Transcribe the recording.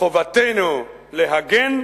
חובתנו להגן,